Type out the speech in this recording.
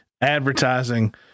advertising